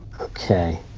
Okay